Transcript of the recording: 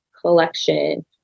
collection